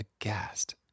aghast